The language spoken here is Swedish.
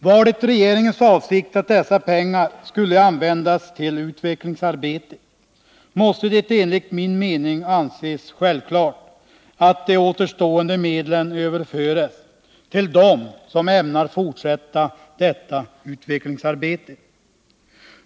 Var det regeringens avsikt att dessa pengar skulle användas till utvecklingsarbete, måste det enligt min mening anses självklart att de återstående medlen överförs till dem som ämnar fortsätta detta arbete.